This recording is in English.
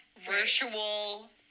virtual